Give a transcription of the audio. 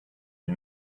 you